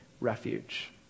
refuge